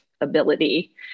ability